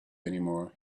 anymore